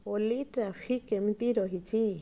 ଓଲି traffic କେମିତି ରହିଛି